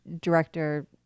director